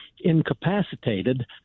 incapacitated